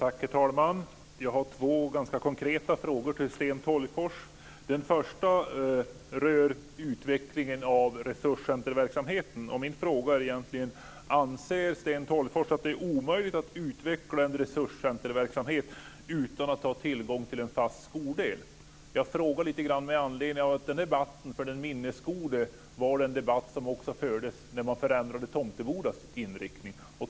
Herr talman! Jag har två ganska konkreta frågor till Sten Tolgfors. Den första rör utvecklingen av resurscentrumverksamheten: Anser Sten Tolgfors att det är omöjligt att utveckla en resurscentrumverksamhet utan att ha tillgång till en fast skoldel? Som den minnesgode erinrar sig fördes denna debatt också när man förändrade Tomtebodas inriktning.